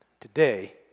Today